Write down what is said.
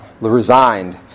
resigned